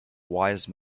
wise